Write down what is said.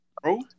bro